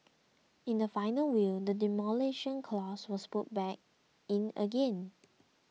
in the final will the Demolition Clause was put back in again